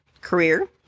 career